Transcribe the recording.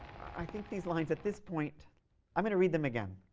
i think these lines at this point i'm going to read them again.